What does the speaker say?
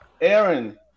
Aaron